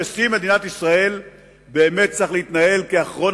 נשיא מדינת ישראל צריך להתנהל כאחרון